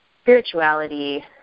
spirituality